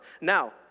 Now